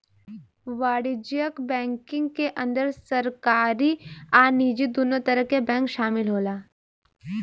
वाणिज्यक बैंकिंग के अंदर सरकारी आ निजी दुनो तरह के बैंक शामिल होला